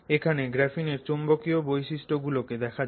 এখন গ্রাফিনের চৌম্বকীয় বৈশিষ্ট গুলো দেখা যাক